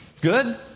Good